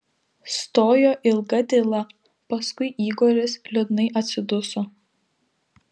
stojo ilga tyla paskui igoris liūdnai atsiduso